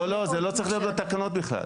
לא, זה לא צריך להיות בתקנות בכלל.